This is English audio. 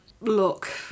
look